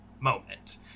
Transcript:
moment